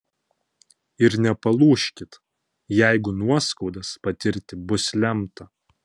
ir nepalūžkit jeigu nuoskaudas patirti bus lemta